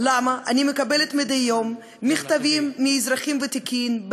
למה אני מקבלת מדי יום מכתבים מאזרחים ותיקים,